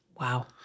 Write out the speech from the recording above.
Wow